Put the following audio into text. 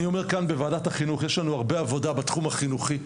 אני אומר כאן בוועדת החינוך יש לנו הרבה עבודה בתחום החינוכי.